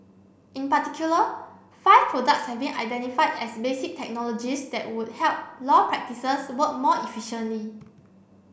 in particular five products have been identified as basic technologies that would help law practices work more efficiently